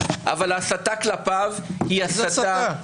אבל ההסתה כלפיו היא הסתה --- איזה הסתה?